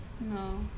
No